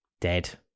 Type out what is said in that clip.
dead